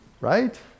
right